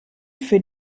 für